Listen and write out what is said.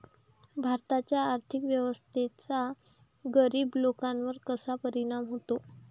भारताच्या आर्थिक व्यवस्थेचा गरीब लोकांवर कसा परिणाम होतो?